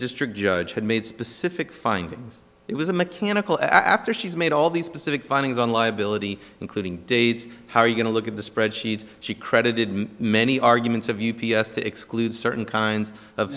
district judge had made specific findings it was a mechanical after she's made all these specific findings on liability including dates how are you going to look at the spreadsheet she credited with many arguments of u p s to exclude certain kinds of